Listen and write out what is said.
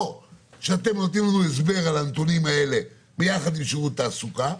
אז או שאתם נותנים לנו הסבר על הנתונים האלה ביחד עם שירות התעסוקה,